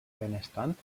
benestant